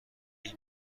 این